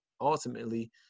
ultimately